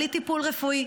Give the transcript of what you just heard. בלי טיפול רפואי,